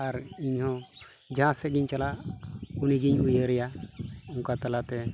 ᱟᱨ ᱤᱧ ᱦᱚᱸ ᱡᱟᱦᱟᱸ ᱥᱮᱫ ᱜᱤᱧ ᱪᱟᱞᱟᱜ ᱩᱱᱤ ᱜᱤᱧ ᱩᱭᱦᱟᱹᱨᱟ ᱚᱱᱠᱟ ᱛᱟᱞᱟᱛᱮ